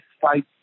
fight